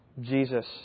Jesus